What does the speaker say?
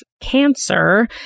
cancer